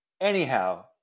Anyhow